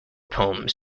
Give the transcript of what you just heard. poems